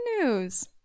news